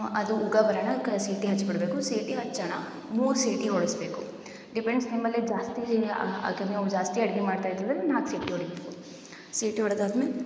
ಅದು ಉಗಿಬರಣಕಾ ಸೀಟಿ ಹಚ್ಬಿಡಬೇಕು ಸೀಟಿ ಹಚ್ಚೋಣ ಮೂರು ಸೀಟಿ ಹೊಡೆಸ್ಬೇಕು ಡಿಪೆಂಡ್ಸ್ ನಿಮ್ಮಲ್ಲಿ ಜಾಸ್ತಿ ಅಗ್ಯಾಮ್ಯೋ ಜಾಸ್ತಿ ಅಡಿಗೆ ಮಾಡ್ತಾ ಇದ್ರೊದರಿಂದ ನಾಲ್ಕು ಸೀಟಿ ಹೊಡಿಬೋದು ಸೀಟಿ ಹೊಡೆದಾದ್ಮೇಲೆ